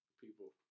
people